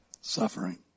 Suffering